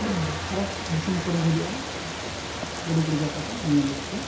ᱟᱹᱰᱤ ᱯᱷᱟᱨᱟᱠ ᱫᱤᱥᱚᱢ ᱠᱚᱨᱮᱱ ᱠᱚ ᱦᱤᱡᱩᱜᱼᱟ ᱜᱟᱹᱰᱤ ᱠᱚ ᱨᱤᱡᱟᱨᱵᱽ ᱠᱟᱛᱮᱫ ᱧᱮᱞ ᱞᱟᱹᱜᱤᱫ ᱛᱮ